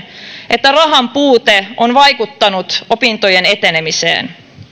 että rahan puute on vaikuttanut opintojen etenemiseen